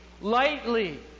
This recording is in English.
lightly